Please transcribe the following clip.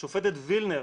השופטת וילנר